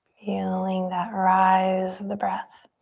feeling that rise of the breath.